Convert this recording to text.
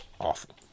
awful